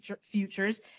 Futures